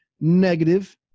negative